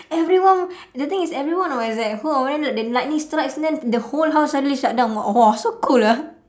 everyone the thing is everyone was at home then the lightning strikes then the whole house suddenly shut down !wah! so cool ah